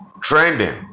trending